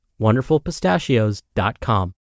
WonderfulPistachios.com